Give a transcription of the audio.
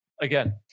Again